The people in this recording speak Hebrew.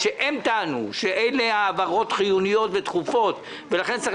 שהם טענו שהן ההעברות החיוניות ודחופות ולכן צריך